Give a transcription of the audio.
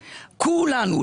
כולנו,